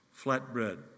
flatbread